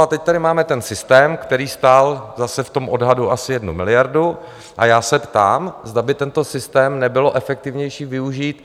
A teď tady máme ten systém, který stál zase v tom odhadu asi 1 miliardu, a já se ptám, zda by tento systém nebylo efektivnější využít?